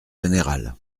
générale